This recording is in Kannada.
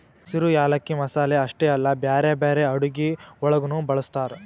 ಹಸಿರು ಯಾಲಕ್ಕಿ ಮಸಾಲೆ ಅಷ್ಟೆ ಅಲ್ಲಾ ಬ್ಯಾರೆ ಬ್ಯಾರೆ ಅಡುಗಿ ಒಳಗನು ಬಳ್ಸತಾರ್